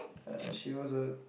err she was a